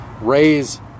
Raise